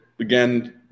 Again